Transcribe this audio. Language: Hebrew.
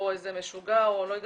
או איזה משוגע או לא יודעת.